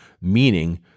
meaning